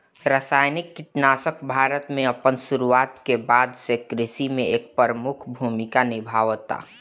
रासायनिक कीटनाशक भारत में अपन शुरुआत के बाद से कृषि में एक प्रमुख भूमिका निभावता